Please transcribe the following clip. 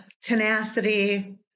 tenacity